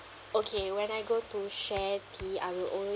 okay when I go to Sharetea I will always